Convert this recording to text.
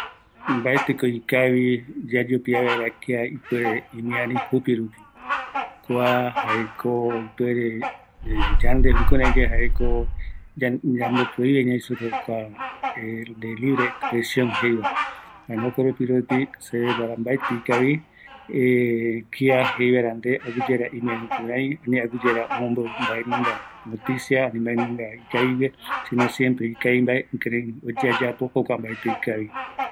Kua mbaetï ikavi kia yaeuka supe ikavi mbae, jayave jaeko yende mbaeyuvanga opaete re, kuako yamboapuka kua ñeerakua omeeva, jaeko öepɨsɨita, mbaetɨ jokua oyapokava, ikaviako kua